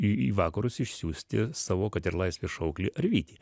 į į vakarus išsiųsti savo kad ir laisvės šauklį ar vytį